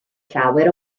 llawer